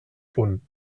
punt